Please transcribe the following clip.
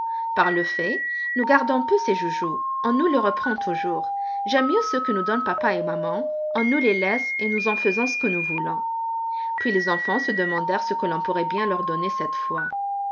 par le fait nous gardons peu ses joujoux on nous les reprend toujours j'aime mieux ceux que nous donnent papa et maman on nous les laisse et nous en faisons ce que nous voulons puis les enfants se demandèrent ce que l'on pourrait bien leur donner cette fois